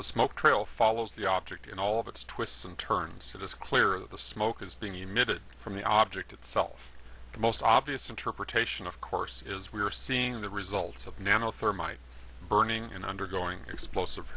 the smoke trail follows the object in all of its twists and turns it is clear that the smoke is being emitted from the object itself the most obvious interpretation of course is we are seeing the results of nano thermite burning in undergoing explosive